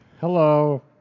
hello